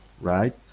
right